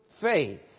faith